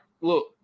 Look